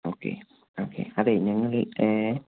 okay okay അതെ ഞങ്ങൾ ഏഹ്